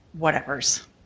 whatevers